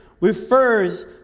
refers